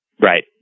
Right